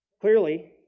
Clearly